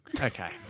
Okay